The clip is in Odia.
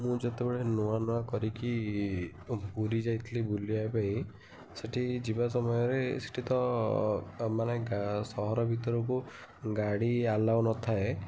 ମୁଁ ଯେତେବେଳେ ନୂଆ ନୂଆ କରିକି ପୁରୀ ଯାଇଥିଲି ବୁଲିବା ପାଇଁ ସେଠି ଯିବା ସମୟରେ ସେଠି ତ ମାନେ ଗାଁ ସହର ଭିତରକୁ ଗାଡ଼ି ଆଲାଓ ନଥାଏ